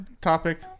topic